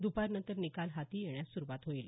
दुपारनंतर निकाल हाती येण्यास सुरुवात होईल